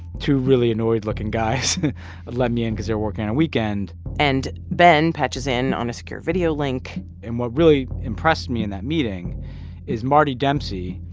two really annoyed-looking guys let me in cause they were working on a weekend and ben patches in on a secure video link and what really impressed me in that meeting is marty dempsey,